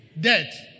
death